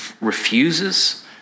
refuses